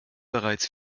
bereits